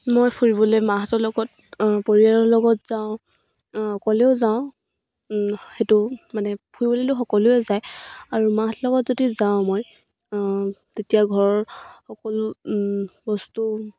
মই ফুৰিবলৈ মাহঁতৰ লগত পৰিয়ালৰ লগত যাওঁ অকলেও যাওঁ সেইটো মানে ফুৰিবলৈতো সকলোৱে যায় আৰু মাহৰ লগত যদি যাওঁ মই তেতিয়া ঘৰৰ সকলো বস্তু